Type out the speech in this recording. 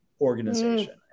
organization